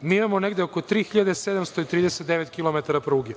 mi imamo negde oko 3.739 kilometara pruge.